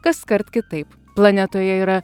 kaskart kitaip planetoje yra